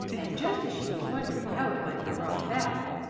and just as she was wondering how it might be brought about,